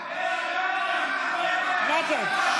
נגד בושה.